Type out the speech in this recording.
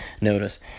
notice